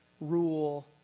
rule